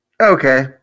Okay